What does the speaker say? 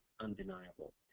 undeniable